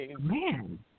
man